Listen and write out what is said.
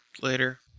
later